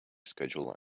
schedule